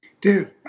dude